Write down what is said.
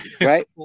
right